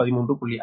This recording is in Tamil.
5160